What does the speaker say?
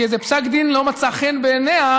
כי איזה פסק דין לא מצא חן בעיניה,